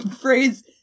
phrase